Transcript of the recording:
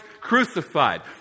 crucified